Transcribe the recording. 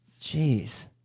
Jeez